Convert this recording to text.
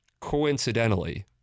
coincidentally